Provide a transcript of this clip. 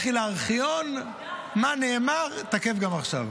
לכי לארכיון, מה שנאמר תקף גם עכשיו.